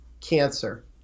cancer